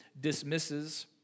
dismisses